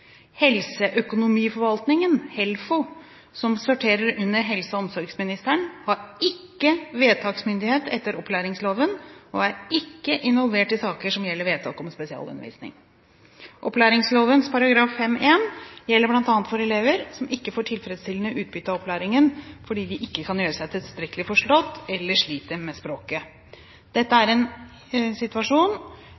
Helseøkonomiforvaltningen, HELFO, som sorterer under helse- og omsorgsministeren, har ikke vedtaksmyndighet etter opplæringsloven og er ikke involvert i saker som gjelder vedtak om spesialundervisning. Opplæringsloven § 5-1 gjelder bl.a. for elever som ikke får tilfredsstillende utbytte av opplæringen fordi de ikke kan gjøre seg tilstrekkelig forstått, eller sliter med språket. Dersom dette